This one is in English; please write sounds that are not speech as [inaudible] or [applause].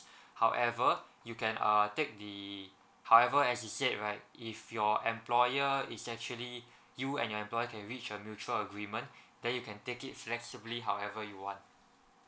however you can uh take the however as you said right if your employer is actually you and your employer can reach a mutual agreement [breath] then you can take it flexibly however you want